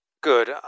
Good